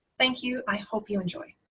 thank you, i hope you enjoy.